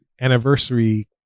anniversary